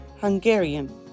Hungarian